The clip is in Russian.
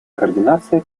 координация